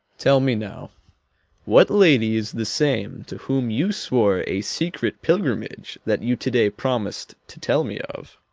tell me now what lady is the same to whom you swore a secret pilgrimage, that you to-day promis'd to tell me of?